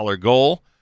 goal